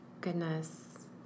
goodness